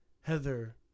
heather